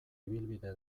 ibilbide